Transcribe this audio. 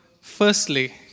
firstly